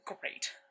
great